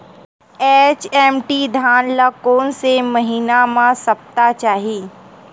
HMT धान ल कोन से महिना म सप्ता चाही?